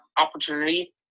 opportunity